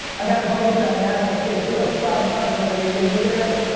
i got invited to that nasdaq thing, too. i tried to come because i knew you were going to be there but